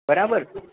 બરાબર